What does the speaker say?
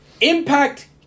Impact